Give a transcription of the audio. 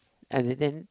I didn't